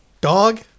Dog